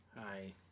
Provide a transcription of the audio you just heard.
Hi